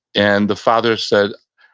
and the father said,